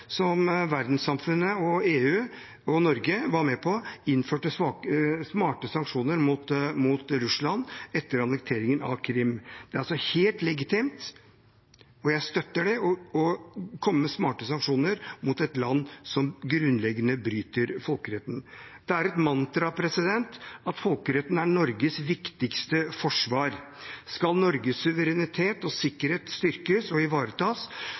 som verdenssamfunnet, EU og Norge var med på å innføre smarte sanksjoner mot Russland etter annekteringen av Krim. Det er altså helt legitimt, og jeg støtter det å komme med smarte sanksjoner mot et land som grunnleggende bryter folkeretten. Det er et mantra at folkeretten er Norges viktigste forsvar. Skal Norges suverenitet og sikkerhet styrkes og ivaretas,